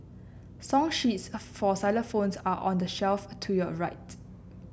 song sheets for xylophones are on the shelf to your right